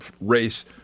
race